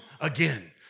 again